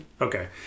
Okay